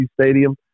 stadium